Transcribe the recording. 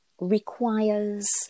requires